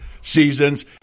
seasons